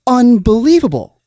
unbelievable